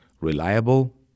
Reliable